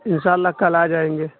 ان شاء اللہ کل آ جائیں گے